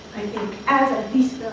think, as at least